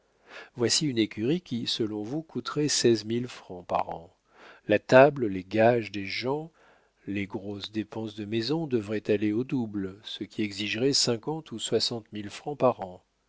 voici une écurie qui selon vous coûterait seize mille francs par an la table les gages des gens les grosses dépenses de maison devraient aller au double ce qui exigerait cinquante ou soixante mille francs par an